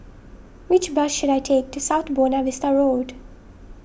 which bus should I take to South Buona Vista Road